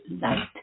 light